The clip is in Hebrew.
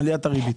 עליית הריבית.